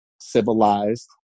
civilized